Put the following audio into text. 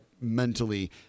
mentally